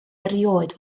erioed